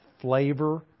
flavor